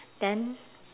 then